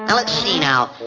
um let's see now.